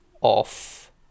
off